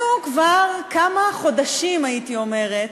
אנחנו כבר כמה חודשים, הייתי אומרת,